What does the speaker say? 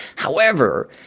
however,